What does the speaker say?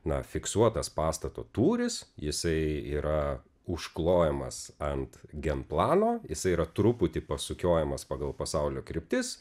na fiksuotas pastato tūris jisai yra užklojamas ant genplano jisai yra truputį pasukiojamas pagal pasaulio kryptis